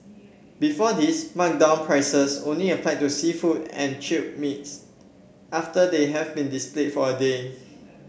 before this marked down prices only applied to seafood and chilled meats after they have been displayed for a day